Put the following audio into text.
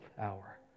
hour